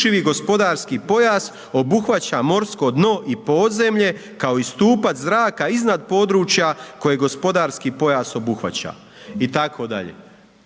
gospodarski pojas obuhvaća morsko dno i podzemlje, kao i stupac zraka iznad područja koje gospodarski pojas obuhvaća,